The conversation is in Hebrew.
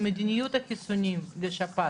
מדיניות החיסונים לשפעת,